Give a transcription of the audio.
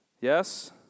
Yes